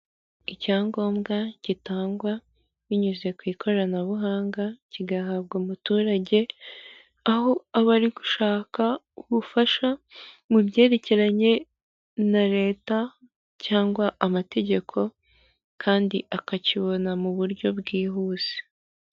Icyangombwa gitangwa binyuze ku ikoranabuhanga kigahabwa umuturage aho aba ari gushaka ubufasha mu byerekeranye na Leta cyangwa amategeko kandi akakibona mu buryo bwihuse.